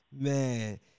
man